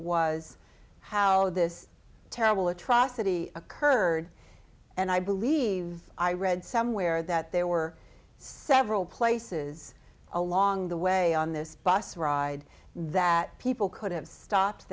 was how this terrible atrocity occurred and i believe i read somewhere that there were several places along the way on this bus ride that people could have stopped